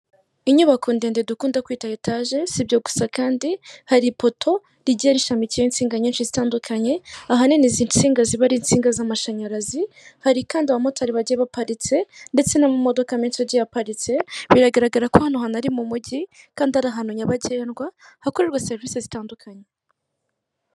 Inyubako ndende dukunda kwita etaje, sibyo gusa kandi hari ipoto rigiye rishamikiyeho insinga nyinshi zitandukanye, ahanini izi nsinga ziba ari insinga z'amashanyarazi, hari kandi abamotari bagiye baparitse ndetse n'amamodok menshi agiye aparitse, biragaragara ko hano hantu ari mu mujyi kandi ari ahantu nyabagendwa hakore serivise zitandukanye.